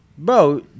Bro